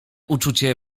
uczucie